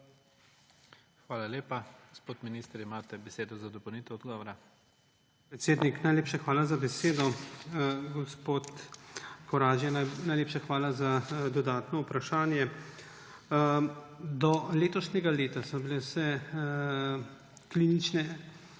Hvala lepa. Gospod minister, imate besedo za dopolnitev odgovora. JANEZ POKLUKAR: Predsednik, najlepša hvala za besedo. Gospod Koražija, najlepša hvala za dodatno vprašanje. Do letošnjega leta so bile vse